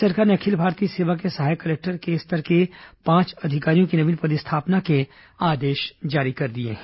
राज्य सरकार ने अखिल भारतीय सेवा के सहायक कलेक्टर स्तर के पांच अधिकारियों की नवीन पदस्थाना के आदेश जारी किए हैं